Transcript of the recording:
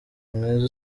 mwiza